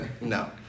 no